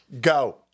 Go